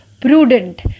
prudent